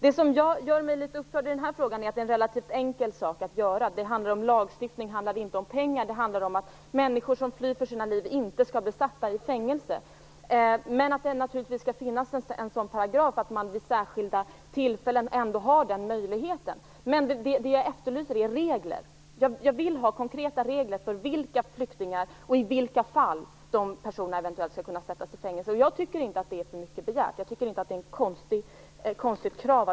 Vad som gör mig litet upprörd i den här frågan är att det handlar om en relativt enkel sak att göra. Det handlar nämligen om lagstiftning, inte om pengar. Det handlar alltså om att människor som flyr för sina liv inte skall bli satta i fängelse. Naturligtvis skall det finnas en paragraf av nämnda slag. Vid särskilda tillfällen skall den möjligheten finnas. Vad jag efterlyser är alltså konkreta regler för vilka flyktingar det rör sig om och för i vilka fall de människorna eventuellt kan sättas i fängelse. Jag tycker inte att det är för mycket begärt. Över huvud taget är det inte ett konstigt krav.